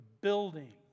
building